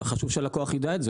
חשוב שהלקוח יידע את זה,